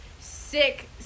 sick